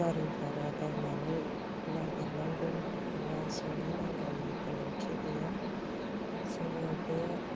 गरि भारा गारनानै नागिरनांगौ एबा सोंहैनांगौनि गोनांथि गैया जोङो बे